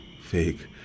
fake